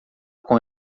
com